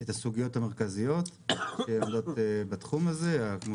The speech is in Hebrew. את הסוגיות המרכזיות בתחום הזה, כמו